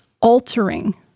altering